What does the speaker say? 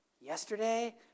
Yesterday